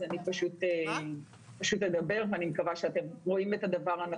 אני פשוט אדבר ואני מקווה שאתם רואים את הדבר הנכון.